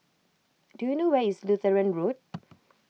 do you know where is Lutheran Road